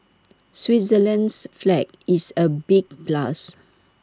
Switzerland's flag is A big plus